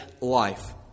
life